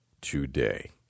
today